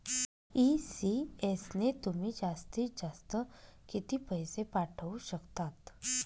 ECS ने तुम्ही जास्तीत जास्त किती पैसे पाठवू शकतात?